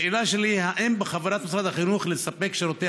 השאלה שלי: האם בכוונת משרד החינוך לספק שירותי